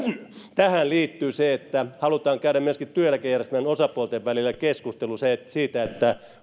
tähän liittyy se että halutaan käydä myöskin työeläkejärjestelmän osapuolten välillä keskustelu siitä